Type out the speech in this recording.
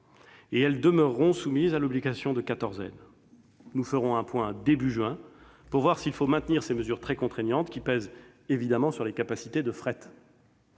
Elles demeureront soumises à l'obligation de quatorzaine. Nous effectuerons un point début juin afin de voir s'il faut maintenir ces mesures très contraignantes, qui pèsent évidemment sur les capacités de fret.